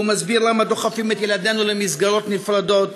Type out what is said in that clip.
הוא מסביר למה דוחפים את ילדינו למסגרות נפרדות,